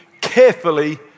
carefully